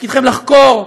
תפקידכם לחקור,